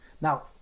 Now